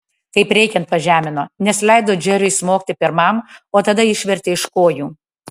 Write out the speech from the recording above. kaip reikiant pažemino nes leido džeriui smogti pirmam o tada išvertė iš kojų